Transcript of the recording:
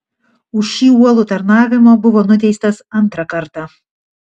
už šį uolų tarnavimą buvo nuteistas antrą kartą